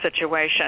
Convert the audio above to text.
situation